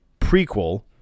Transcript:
prequel